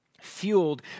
fueled